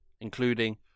including